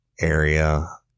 area